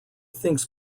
thinks